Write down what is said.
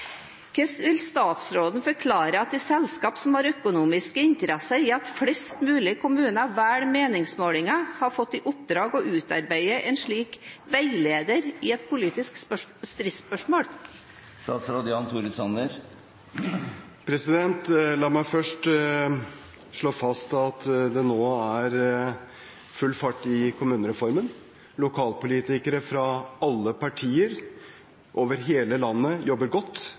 at flest mulig kommuner velger meningsmålinger, har fått i oppdrag å utarbeide en slik veileder i et politisk stridsspørsmål? La meg først slå fast at det nå er full fart i kommunereformen. Lokalpolitikere fra alle partier over hele landet jobber godt.